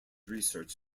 research